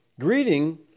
Greeting